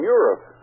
Europe